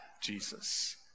jesus